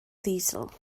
ddiesel